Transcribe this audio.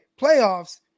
playoffs